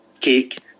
cake